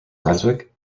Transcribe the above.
brunswick